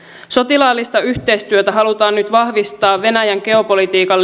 sotilaallista yhteistyötä halutaan nyt vahvistaa paitsi venäjän geopolitiikan